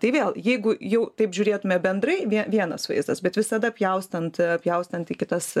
tai vėl jeigu jau taip žiūrėtume bendrai vievienas vaizdas bet visada pjaustant pjaustant į kitas